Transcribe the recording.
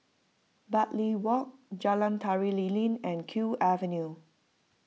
Bartley Walk Jalan Tari Lilin and Kew Avenue